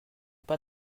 pas